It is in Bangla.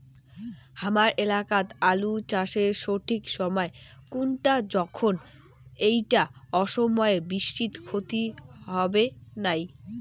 হামার এলাকাত আলু চাষের সঠিক সময় কুনটা যখন এইটা অসময়ের বৃষ্টিত ক্ষতি হবে নাই?